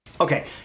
Okay